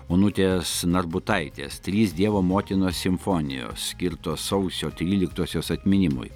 onutės narbutaitės trys dievo motinos simfonijos skirtos sausio tryliktosios atminimui